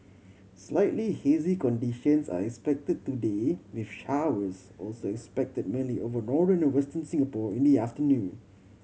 slightly hazy conditions are expected today with showers also expect mainly over northern and Western Singapore in the afternoon